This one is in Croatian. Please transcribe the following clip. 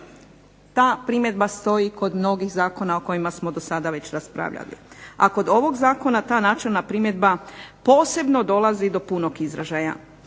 Ta primjedba stoji kod mnogih zakona o kojima smo do sada već raspravljali, a kod ovog zakona ta načelna primjedba posebno dolazi do punog izražaja.